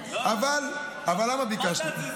אבל למה ביקשת?